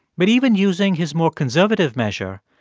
but even using his more conservative measure,